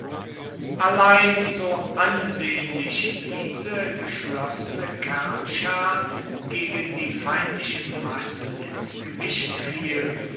allein so ansehnlich diese geschlossene kernschar gegen die feindlichen massen ins gewicht fiel